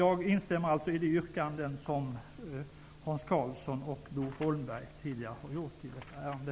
Jag instämmer i de yrkanden som Hans Karlsson och Bo Holmberg tidigare har gjort i detta ärende.